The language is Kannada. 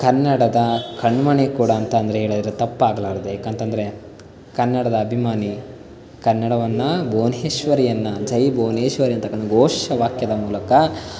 ಕನ್ನಡದ ಕಣ್ಮಣಿ ಕೂಡ ಅಂತಂದರೆ ಹೇಳಿದ್ರೆ ತಪ್ಪಾಗಲಾರದು ಏಕಂತಂದ್ರೆ ಕನ್ನಡದ ಅಭಿಮಾನಿ ಕನ್ನಡವನ್ನು ಭುವನೇಶ್ವರಿಯನ್ನು ಜೈ ಭುವನೇಶ್ವರಿ ಅಂತಕ್ಕಂತಹ ಘೋಷವಾಕ್ಯದ ಮೂಲಕ